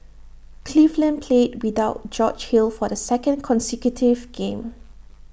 cleveland played without George hill for the second consecutive game